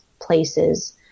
places